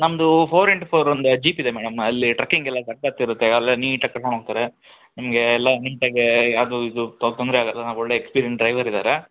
ನಮ್ಮದು four into four ಒಂದು jeep ಇದೆ ಮೇಡಮ್ ಅಲ್ಲಿ ಟ್ರಕಿಂಗ್ ಎಲ್ಲ ಸಕ್ಕತ್ತು ಇರುತ್ತೆ ಅಲ್ಲೇ ನೀಟಾಗಿ ಕರ್ಕೊಂಡು ಹೋಗ್ತಾರೆ ನಿಮಗೆ ಎಲ್ಲಾ ನೀಟಾಗೆ ಯಾವುದು ಇದು ತೊಂದರೆ ಆಗಲ್ಲ ನಮ್ಮ ಒಳ್ಳೆ ಎಕ್ಪೀರಿಯನ್ಸ್ ಡ್ರೈವರ್ ಇದ್ದಾರೆ